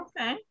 Okay